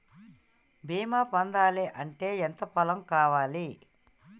బీమా పొందాలి అంటే ఎంత పొలం కావాలి?